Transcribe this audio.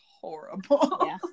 horrible